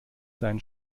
deinen